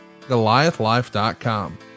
Goliathlife.com